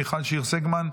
מיכל שיר סגמן,